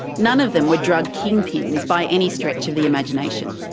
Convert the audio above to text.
none of them were drug king-pins by any stretch of the imagination.